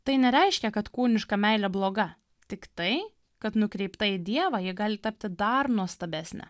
tai nereiškia kad kūniška meilė bloga tiktai kad nukreipta į dievą ji gali tapti dar nuostabesnė